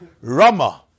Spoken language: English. Rama